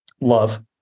love